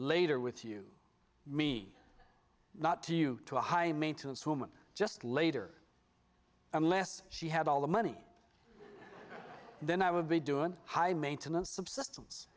later with you me not to you to a high maintenance woman just later unless she had all the money then i would be doing high maintenance subsiste